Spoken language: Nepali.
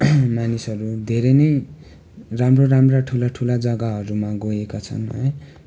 मानिसहरू धेरै नै राम्रा राम्रा ठुला ठुला जग्गाहरूमा गएका छन् है